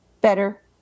Better